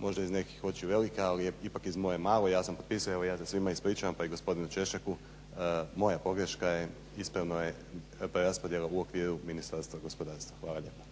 možda ih nekih očiju velike, ali ipak iz moje malo, ja sam potpisao, evo ja se svima ispričavam pa i gospodinu Češeku, moja pogreška je ispravno je preraspodjelom u okviru Ministarstva gospodarstva. Hvala lijepa.